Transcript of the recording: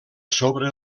sobre